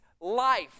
life